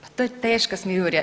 Pa to je teška smijurija.